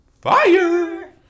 fire